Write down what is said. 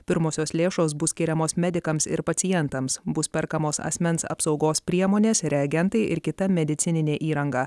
pirmosios lėšos bus skiriamos medikams ir pacientams bus perkamos asmens apsaugos priemonės reagentai ir kita medicininė įranga